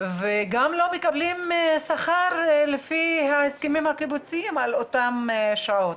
והם גם לא מקבלים שכר לפי ההסכמים הקיבוציים על אותן שעות.